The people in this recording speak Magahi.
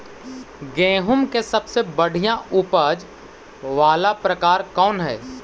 गेंहूम के सबसे बढ़िया उपज वाला प्रकार कौन हई?